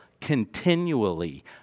continually